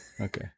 Okay